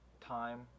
time